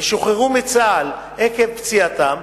ושוחררו מצה"ל עקב פציעתם,